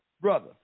brother